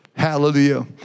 Hallelujah